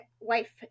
wife